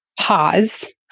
pause